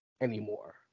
anymore